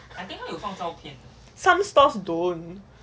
some stores don't so